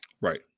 Right